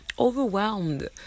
Overwhelmed